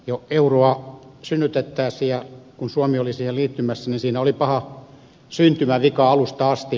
jo euroa synnytettäessä ja kun suomi oli siihen liittymässä siinä oli paha syntymävika alusta asti